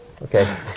Okay